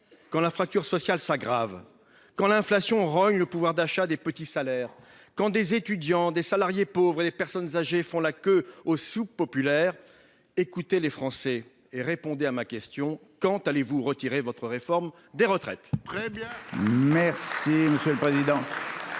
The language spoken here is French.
quand la fracture sociale s'aggrave, quand l'inflation rogne le pouvoir d'achat des petits salaires, quand des étudiants, des salariés pauvres et des personnes âgées font la queue devant les soupes populaires. Écoutez les Français et répondez à ma question : quand retirerez-vous votre réforme des retraites ?